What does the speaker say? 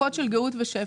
תקופות של גאות ושפל.